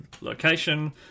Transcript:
location